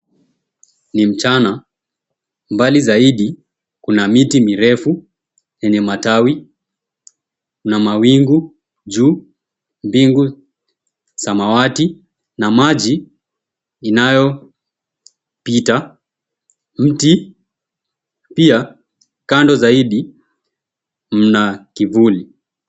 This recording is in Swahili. Ni mchana, mbali zaidi kuna miti mirefu yenye matawi na mawingu juu, mbingu samawati na maji inayopita, mti pia kando zaidi mna kivuli.